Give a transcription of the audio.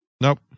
Nope